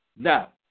Now